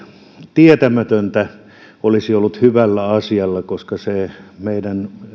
tietämätöntä olisi ollut hyvällä asialla koska se meidän